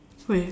!oi!